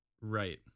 Right